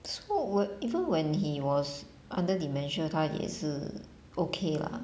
so when even when he was under dementia 他也是 okay lah